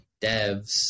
devs